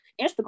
Instagram